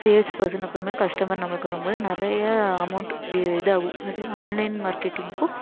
sales person அப்புறமேல் customer நம்மளுக்கு வரும்போது நிறைய அமௌண்ட் இதாக ஆகும் அதுவும் ஆன்லைன் மார்க்கெட்டிங்கும்